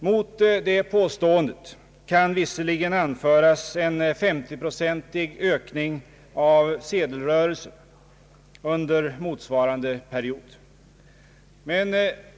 Mot det påståendet kan visserligen anföras att en 50-procentig ökning av sedelrörelsen har ägt rum under motsvarande period.